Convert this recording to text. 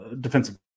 defensive